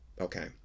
okay